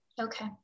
Okay